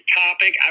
topic